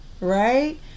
right